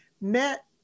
met